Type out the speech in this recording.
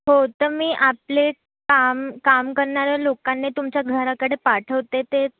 हो तर मी आपले काम काम करणाऱ्या लोकांनी तुमच्या घराकडे पाठवते ते